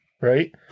Right